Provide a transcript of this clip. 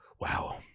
Wow